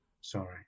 sorry